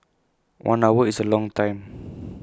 one hour is A long time